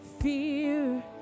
fear